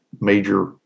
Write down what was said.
major